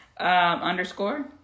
underscore